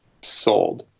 sold